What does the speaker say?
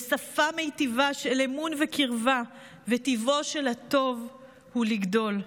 בשפה מיטיבה של אמון וקרבה וטבעו של הטוב הגדול.